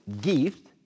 gift